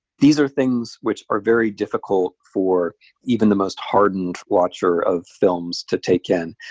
these are things which are very difficult for even the most hardened watcher of films to take in.